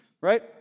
right